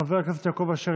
חבר הכנסת יעקב אשר,